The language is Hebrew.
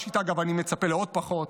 מהיועמ"שית, אגב, אני מצפה לעוד פחות.